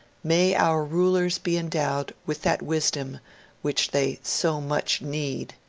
may our rulers be endowed with that wisdom which they so much need.